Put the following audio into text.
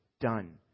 done